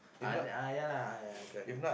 uh ya lah ya okay okay